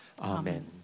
Amen